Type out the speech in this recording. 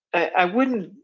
i wouldn't